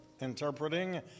interpreting